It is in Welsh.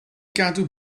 gadw